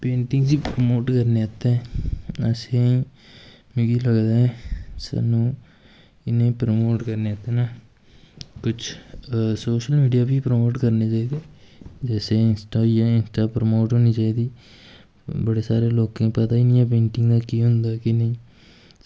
painting गी promote करने आस्तै असेंगी मिगी लगदा ऐ सानूं इ'नें ई प्रमोट करने ते नां कुछ सोशल मीडिया बी प्रमोट करना चाहिदा जैसे इंस्टा हो गेआ इंस्टा प्रमोट होनी चाहिदी बड़े सारे लोकें गी पता गै नी ऐ पेंटिंग केह् होंदा केह् नेईं